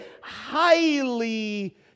highly